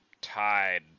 tied